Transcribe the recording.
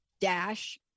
dash